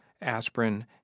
aspirin